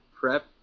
prep